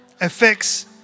affects